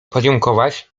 podziękować